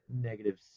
negative